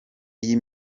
iyi